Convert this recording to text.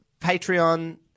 Patreon